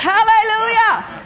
Hallelujah